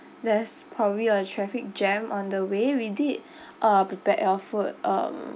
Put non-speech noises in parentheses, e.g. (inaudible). there's probably a traffic jam on the way we did (breath) uh prepared you food um